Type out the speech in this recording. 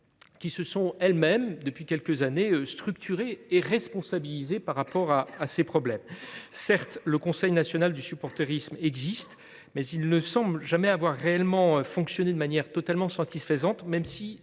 qui se sont elles mêmes, depuis quelques années, structurées et responsabilisées par rapport à ces problèmes. Certes, l’Instance nationale du supportérisme existe, mais elle ne semble jamais avoir réellement fonctionné de manière totalement satisfaisante,